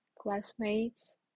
classmates